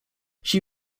she